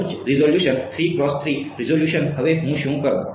ઉચ્ચ resolution resolution હવે હું શું કરું